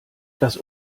das